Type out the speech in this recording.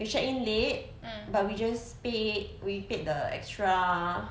we check in late but we just paid we paid the extra